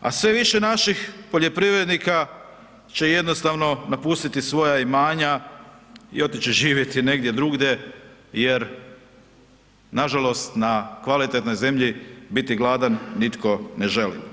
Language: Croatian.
a sve više naših poljoprivrednika će jednostavno napustiti svoja imanja i otići živjeti negdje drugdje jer nažalost na kvalitetnoj zemlji biti gladan nitko ne želi.